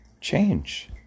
change